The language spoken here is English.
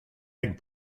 egg